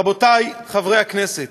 רבותי חברי הכנסת,